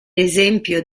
esempio